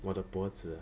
我的脖子